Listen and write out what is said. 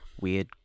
weird